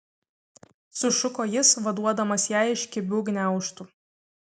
sušuko jis vaduodamas ją iš kibių gniaužtų